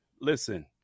Listen